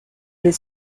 les